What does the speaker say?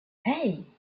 hey